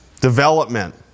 Development